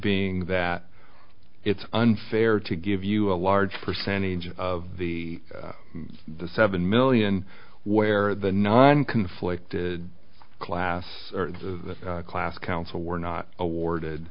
being that it's unfair to give you a large percentage of the seven million where the non conflicting class class council were not awarded